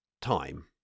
time